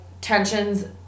tensions